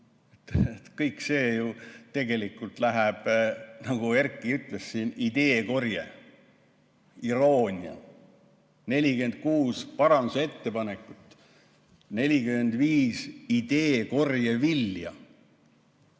Kõik see ju tegelikult läheb nii, nagu Erki ütles siin, et ideekorje. Iroonia: 46 parandusettepanekut, 45 ideekorje vilja